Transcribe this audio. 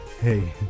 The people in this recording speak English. hey